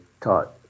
taught